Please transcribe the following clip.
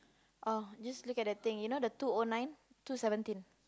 oh just look at the thing you know the two O nine two seventeen